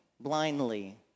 Blindly